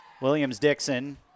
Williams-Dixon